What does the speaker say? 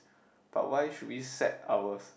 but why should we set our